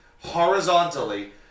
horizontally